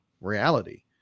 reality